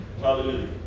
Hallelujah